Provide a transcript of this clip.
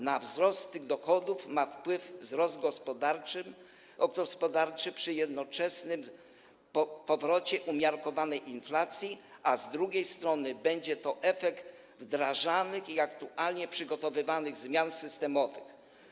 Na wzrost tych dochodów ma wpływ wzrost gospodarczy przy jednoczesnym powrocie umiarkowanej inflacji, a z drugiej strony będzie to efekt wdrażanych i aktualnie przygotowywanych zmian systemowych.